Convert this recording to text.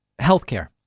healthcare